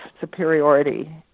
superiority